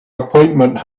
appointment